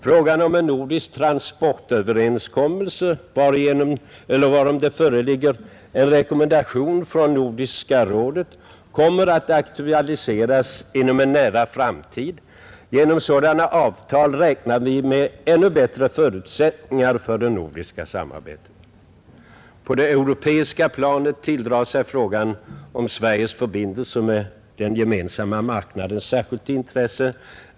Frågan om en nordisk transportöverenskommelse, varom det föreligger en rekommendation från Nordiska rådet, kommer att aktualiseras inom en nära framtid. Genom sådana avtal räknar vi med ännu bättre förutsättningar för det nordiska samarbetet. På det europeiska planet tilldrar sig frågan om Sveriges förbindelser med den gemensamma marknaden särskilt intresse.